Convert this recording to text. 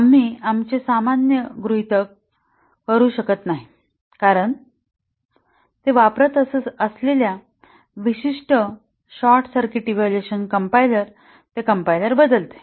आम्ही आमचे गृहितक सामान्य करू शकत नाही कारण ते वापरत असलेल्या विशिष्ट शॉर्ट सर्किट इव्हॅल्युएशन कंपाईलर ते कंपाईलर बदलते